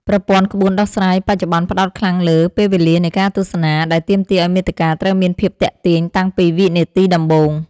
ប្រព័ន្ធក្បួនដោះស្រាយបច្ចុប្បន្នផ្ដោតខ្លាំងលើ ពេលវេលានៃការទស្សនា ដែលទាមទារឱ្យមាតិកាត្រូវមានភាពទាក់ទាញតាំងពីវិនាទីដំបូង។